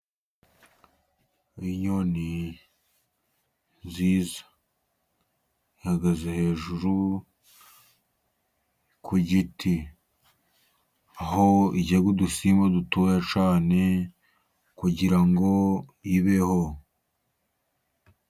Inyoni nziza ihagaze hejuru ku giti aho irya udusimba dutoya cyane kugira ngo ibeho.